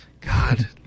god